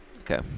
okay